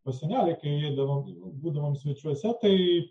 pas senelį kai eidavom būdavome svečiuose tai